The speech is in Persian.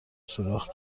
سوراخ